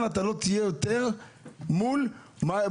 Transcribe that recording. החוק אומר שהאזרח לא יהיה מול שופט,